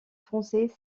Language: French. français